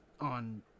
on